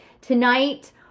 tonight